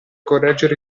correggere